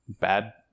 bad